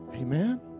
amen